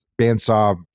bandsaw